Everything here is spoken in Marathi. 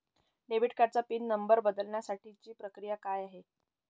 डेबिट कार्डचा पिन नंबर बदलण्यासाठीची प्रक्रिया काय आहे?